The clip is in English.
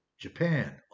Japan